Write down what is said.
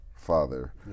Father